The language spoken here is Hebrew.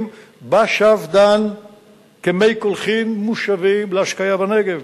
בשפד"ן כמי קולחים מושבים להשקיה בנגב,